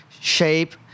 shape